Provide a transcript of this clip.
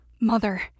Mother